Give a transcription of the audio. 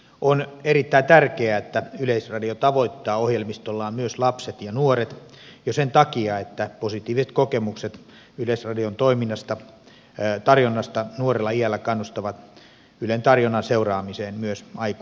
on erittäin tärkeää että yleisradio tavoittaa ohjelmistollaan myös lapset ja nuoret jo sen takia että positiiviset kokemukset yleisradion tarjonnasta nuorella iällä kannustavat ylen tarjonnan seuraamiseen myös aikuisiällä